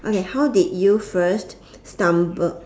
okay how did you first stumble